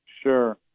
Sure